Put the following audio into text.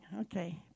okay